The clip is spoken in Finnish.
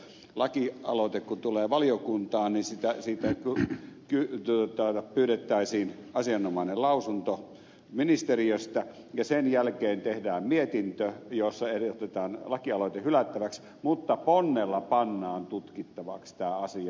lakialoite kun tulee valiokuntaan niin siitä pyydettäisiin asianomainen lausunto ministeriöstä ja sen jälkeen tehdään mietintö jossa ehdotetaan lakialoite hylättäväksi mutta ponnella pannaan tutkittavaksi tämä asia